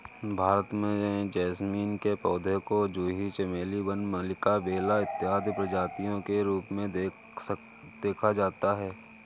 भारत में जैस्मीन के पौधे को जूही चमेली वन मल्लिका बेला इत्यादि प्रजातियों के रूप में देखा जाता है